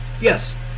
Yes